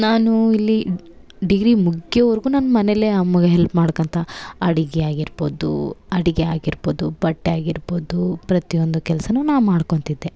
ನಾನು ಇಲ್ಲಿ ಡಿಗ್ರಿ ಮುಗಿಯೋವರ್ಗು ನಾನು ಮನೇಲೆ ಅಮ್ಮಗೆ ಹೆಲ್ಪ್ ಮಾಡ್ಕೊತ ಅಡುಗೆ ಆಗಿರ್ಬೋದು ಅಡುಗೆ ಆಗಿರ್ಬೋದು ಬಟ್ಟೆ ಆಗಿರ್ಬೋದು ಪ್ರತಿವೊಂದು ಕೆಲ್ಸ ನಾ ಮಾಡ್ಕೊತಿದ್ದೆ